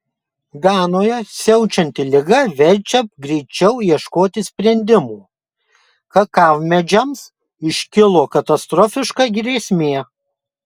ganoje siaučianti liga verčia greičiau ieškoti sprendimų kakavmedžiams iškilo katastrofiška grėsmė